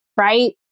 right